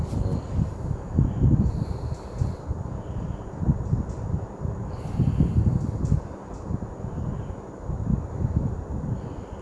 mm